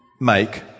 make